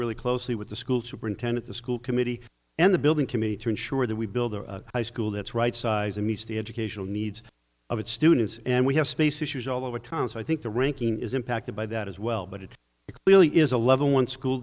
really closely with the school superintendent the school committee and the building committee to ensure that we build a high school that's right size and meets the educational needs of its students and we have space issues all over town so i think the ranking is impacted by that as well but it really is a level one school